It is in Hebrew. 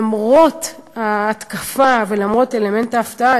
למרות ההתקפה ולמרות אלמנט ההפתעה,